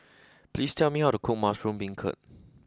please tell me how to cook Mushroom Beancurd